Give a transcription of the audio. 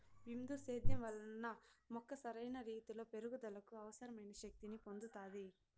బిందు సేద్యం వలన మొక్క సరైన రీతీలో పెరుగుదలకు అవసరమైన శక్తి ని పొందుతాది